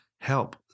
help